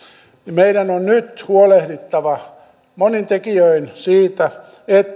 meidän on nyt huolehdittava monin tekijöin siitä että